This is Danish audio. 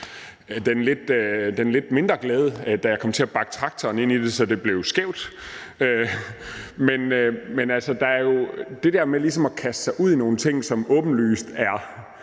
den lidt mindre glæde, da jeg kom til at bakke traktoren ind i det, så det blev skævt. Men det der med ligesom at kaste sig ud i nogle ting, som åbenlyst er